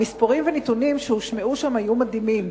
המספרים והנתונים שהושמעו שם היו מדהימים.